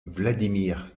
vladimir